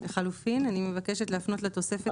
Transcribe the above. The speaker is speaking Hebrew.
לחלופין, אני מבקשת להפנות לתוספת